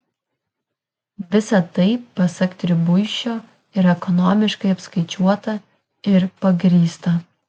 visa tai pasak tribuišio yra ekonomiškai apskaičiuota ir pagrįsta